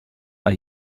are